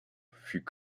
fut